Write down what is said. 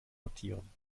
notieren